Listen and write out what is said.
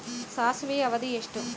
ಸಾಸಿವೆಯ ಅವಧಿ ಎಷ್ಟು?